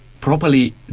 properly